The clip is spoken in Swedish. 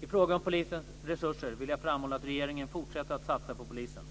I fråga om polisens resurser vill jag framhålla att regeringen fortsätter att satsa på polisen.